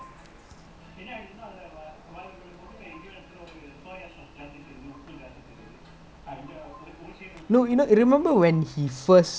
I think okay lah I mean he's good but he's not he has not been at his like best for for quite a while